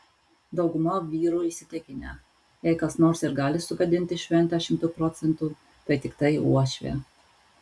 dauguma vyrų įsitikinę jei kas nors ir gali sugadinti šventę šimtu procentų tai tiktai uošvė